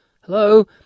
Hello